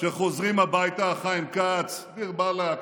שחוזרים הביתה, חיים כץ, דיר באלכ.